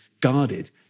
guarded